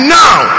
now